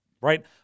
right